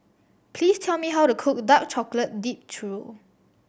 please tell me how to cook dark chocolate dip churro